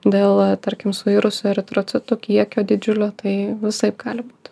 dėl tarkim suirusių eritrocitų kiekio didžiulio tai visaip gali būti